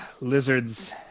Lizards